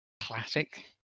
Classic